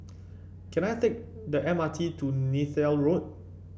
can I take the M R T to Neythal Road